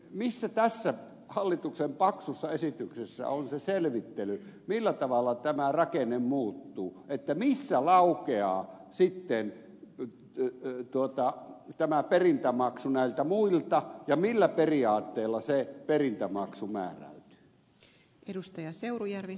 missä tässä hallituksen paksussa esityksessä on se selvittely millä tavalla tämä rakenne muuttuu että missä laukeaa sitten tämä perintämaksu näiltä muilta ja millä periaatteella se perintämaksu määräytyy